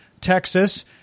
Texas